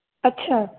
अच्छा